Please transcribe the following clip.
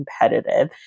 competitive